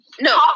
No